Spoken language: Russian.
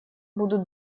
будут